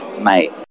mate